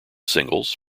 singles